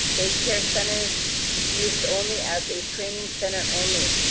day care centers used only as a training center only.